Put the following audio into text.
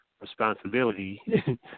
responsibility